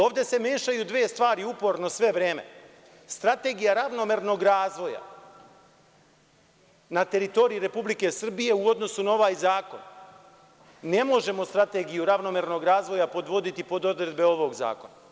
Ovde se mešaju dve stvari uporno sve vreme – strategija ravnomernog razvoja na teritoriji Republike Srbije u odnosu na ovaj zakon, ne možemo strategiju ravnomernog razvoja podvoditi pod odredbe ovog zakona.